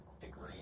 degree